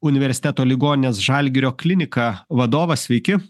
universiteto ligoninės žalgirio klinika vadovas sveiki